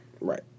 Right